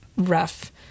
rough